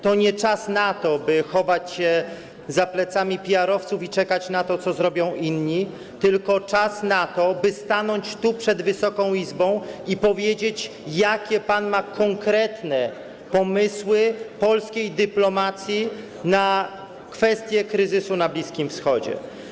To nie czas na to, by chować się za plecami PR-owców i czekać na to, co zrobią inni, tylko czas na to, by stanąć tu, przed Wysoką Izbą, i powiedzieć, jakie ma pan, jakie są konkretne pomysły polskiej dyplomacji na kwestię kryzysu na Bliskim Wschodzie.